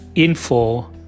Info